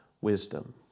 wisdom